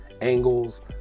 angles